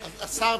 השר,